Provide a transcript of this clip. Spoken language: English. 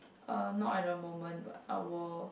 uh not at the moment I will